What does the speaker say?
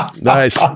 Nice